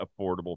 affordable